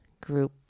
group